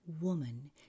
woman